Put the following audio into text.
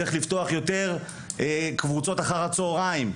צריך לפתוח יותר קבוצות אחר הצהריים.